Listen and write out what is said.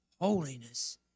holiness